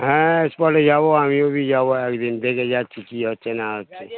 হ্যাঁ স্পটে যাবো আমি যদি যাবো একদিন দেখে যাচ্ছি কী হচ্ছে না হছে